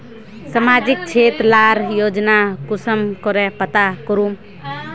सामाजिक क्षेत्र लार योजना कुंसम करे पता करूम?